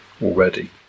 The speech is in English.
already